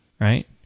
right